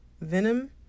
Venom